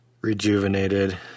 rejuvenated